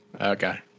Okay